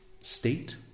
state